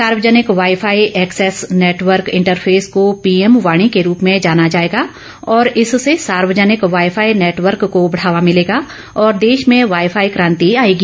सार्वजनिक wifi access network interface को PM वाणी के रूप में जाना जाएगा और इससे सार्वजनिक वाई फाई नेटवर्क को बढ़ावा भिलेगा और देश में वाई फाई क्रांति आएगी